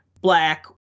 black